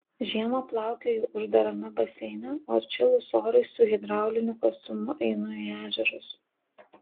žiemą plaukioju uždarame baseine o atšilus orui su hidrauliniu kostiumu einu į ežerus